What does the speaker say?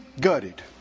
gutted